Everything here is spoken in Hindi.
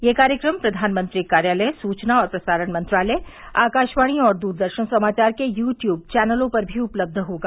यह कार्यक्रम प्रधानमंत्री कार्यालय सुचना और प्रसारण मंत्रालय आकाशवाणी और द्रदर्शन समाचार के यु ट्यूब चैनलों पर भी उपलब्ध होगा